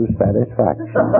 satisfaction